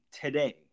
today